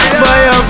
fire